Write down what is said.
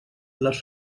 les